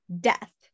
death